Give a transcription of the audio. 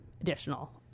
additional